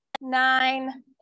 nine